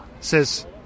says